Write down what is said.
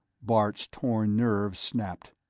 bart's torn nerves snapped.